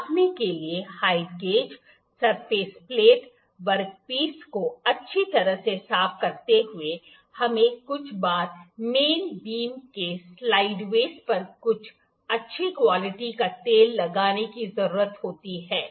नापने के लिए height gauge surface plate workpiece को अच्छी तरह से साफ करते हुए हमें कुछ बार मेन बीम के स्लाइडवे पर कुछ अच्छी क्वालिटी का तेल लगाने की जरूरत होती है